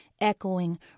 echoing